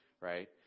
right